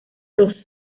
los